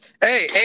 Hey